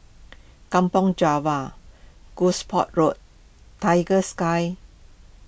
Kampong Java Gosport Road Tiger Sky